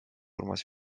urmas